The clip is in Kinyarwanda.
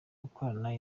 gukorana